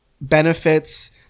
benefits